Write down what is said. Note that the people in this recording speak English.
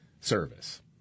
service